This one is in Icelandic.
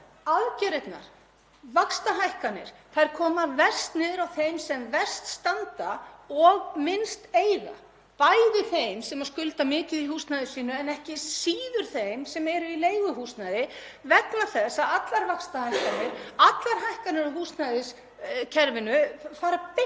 aðgerðirnar, vaxtahækkanirnar, koma verst niður á þeim sem verst standa og minnst eiga, bæði þeim sem skulda mikið í húsnæði sínu en ekki síður þeim sem eru í leiguhúsnæði vegna þess að allar vaxtahækkanir, allar hækkanir í húsnæðiskerfinu, fara beint